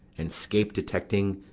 and scape detecting,